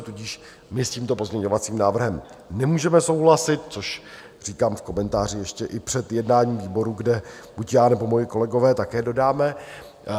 Tudíž my s tímto pozměňovacím návrhem nemůžeme souhlasit, což říkám v komentáři ještě i před jednáním výboru, kde buď já, nebo moji kolegové také dodáme.